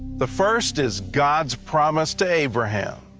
the first is god's promise to abraham.